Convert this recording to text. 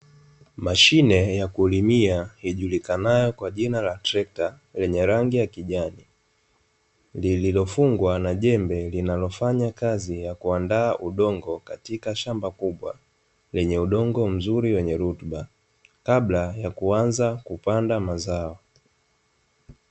Mashine ya kulimia ijulikanayo kwa jina la trekta lenye rangi ya kijani, lililofungwa na jembe lenye kazi ya kuandaa udongo katika shamba kubwa, lenye udongo mzuri wenye rutuba. Kabla ya kuanza kupanda mazao,